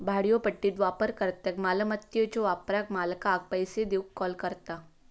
भाड्योपट्टी वापरकर्त्याक मालमत्याच्यो वापराक मालकाक पैसो देऊक कॉल करता